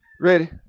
Ready